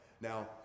Now